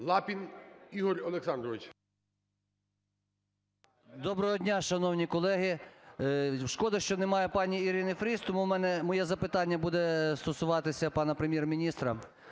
Лапін Ігор Олександрович. 10:56:19 ЛАПІН І.О. Доброго дня, шановні колеги! Шкода, що не має пані Ірини Фріз. Тому моє запитання буде стосуватися пана Прем'єр-міністра.